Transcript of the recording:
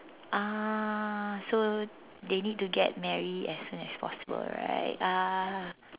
ah so they need to get married as soon as possible right ah